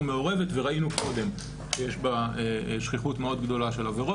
מעורבת וראינו קודם שיש בה שכיחות מאוד גדולה של עבירות,